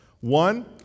One